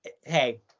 hey